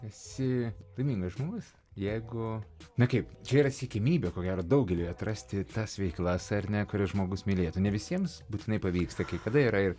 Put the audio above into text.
esi laimingas žmogus jeigu na kaip čia yra siekiamybė ko gero daugeliui atrasti tas veiklas ar ne kurias žmogus mylėtų ne visiems būtinai pavyksta kai kada yra ir